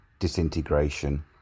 disintegration